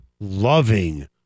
loving